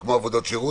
כמו עבודות שירות?